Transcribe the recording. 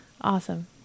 awesome